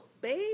Babe